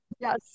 Yes